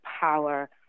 power